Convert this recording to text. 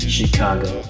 Chicago